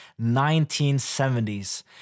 1970s